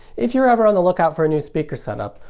if you're ever on the lookout for a new speaker setup,